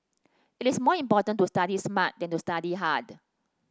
it is more important to study smart than to study hard